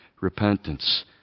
repentance